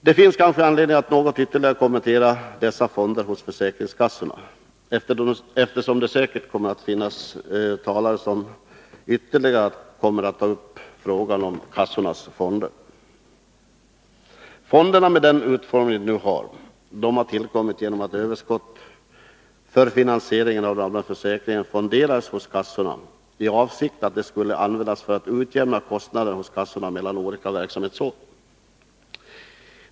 Det finns anledning att något ytterligare kommentera dessa fonder hos försäkringskassorna, eftersom andra talare säkert kommer att ta upp frågan om fonderna senare. Fonderna, med den utformning de nu har, tillkom genom att överskott av finansieringen av den allmänna försäkringen fonderades hos kassorna i avsikt att de skulle användas för att utjämna kostnaderna hos kassorna mellan olika verksamhetsår.